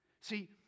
See